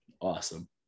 Awesome